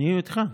אני איתך.